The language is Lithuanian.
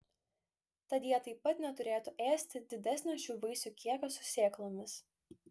tad jie taip pat neturėtų ėsti didesnio šių vaisių kiekio su sėklomis